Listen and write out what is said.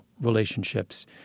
relationships